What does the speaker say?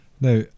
Now